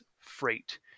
freight